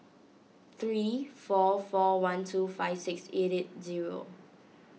three four four one two five six eight eight zero